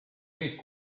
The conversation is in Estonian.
nüüd